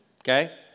okay